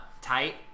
tight